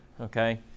okay